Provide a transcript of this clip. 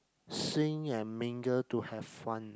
sing and mingle to have fun